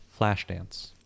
Flashdance